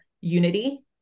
unity